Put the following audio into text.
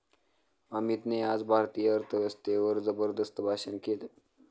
अमितने आज भारतीय अर्थव्यवस्थेवर जबरदस्त भाषण केले